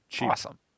awesome